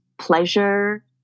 pleasure